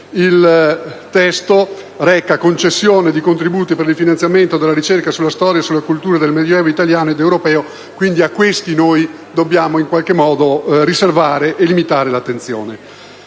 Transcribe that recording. Il testo reca «Concessione di contributi per il finanziamento della ricerca sulla storia e sulla cultura del medioevo italiano ed europeo», per cui a questi enti dobbiamo in qualche modo riservare e limitare l'attenzione.